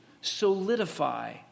solidify